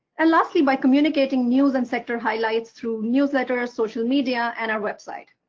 and lastly by communicating news and sector highlights through newsletters, social media and our web site.